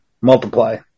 Multiply